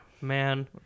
Man